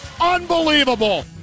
Unbelievable